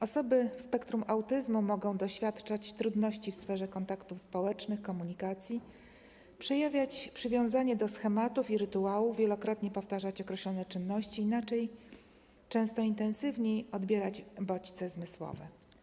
Osoby w spektrum autyzmu mogą doświadczać trudności w sferze kontaktów społecznych, komunikacji, przejawiać przywiązanie do schematów i rytuałów, wielokrotnie powtarzać określone czynności, inaczej, często intensywniej odbierać bodźce zmysłowe.